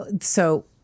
so-